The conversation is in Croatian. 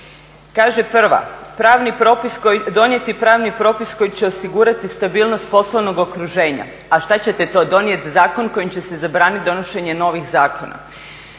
Kaže prva, "Donijeti pravni propis koji će osigurati stabilnost poslovnog okruženja". A šta ćete to donijet? Zakon kojim će se zabraniti donošenje novih zakona.